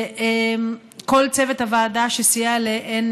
לכל צוות הוועדה שסייע לאין